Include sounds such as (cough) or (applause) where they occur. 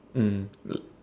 mm (noise)